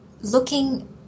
looking